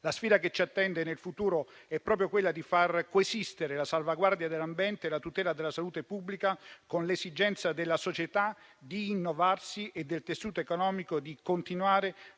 La sfida che ci attende nel futuro è proprio quella di far coesistere la salvaguardia dell'ambiente e la tutela della salute pubblica con l'esigenza della società di innovarsi e del tessuto economico di continuare